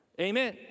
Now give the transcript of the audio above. Amen